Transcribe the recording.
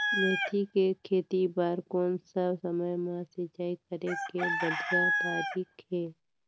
मेथी के खेती बार कोन सा समय मां सिंचाई करे के बढ़िया तारीक हे?